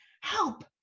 help